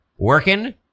Working